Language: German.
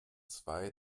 zwei